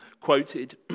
quoted